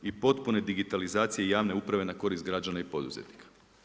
I potpune digitalizacije javne uprave na korist građana i poduzetnika.